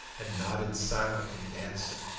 and nodded silently in answer.